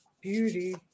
Beauty